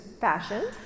fashion